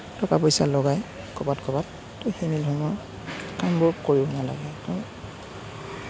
টকা পইচা লগাই ক'ৰবাত ক'ৰবাত ত সেনেধৰণৰ কামবোৰ কৰিব নালাগে